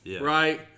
right